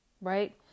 Right